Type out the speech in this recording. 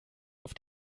auf